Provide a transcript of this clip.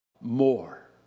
More